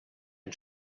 and